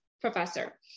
professor